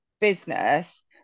business